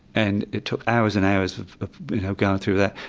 and it took hours and hours going through that,